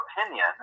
opinion